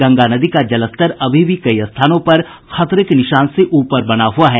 गंगा नदी का जलस्तर अभी भी कई स्थानों पर खतरे के निशान से ऊपर बना हुआ है